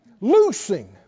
loosing